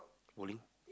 bowling